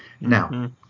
Now